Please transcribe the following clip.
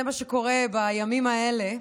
זה מה שקורה בימים האלה.